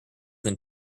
than